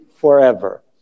forever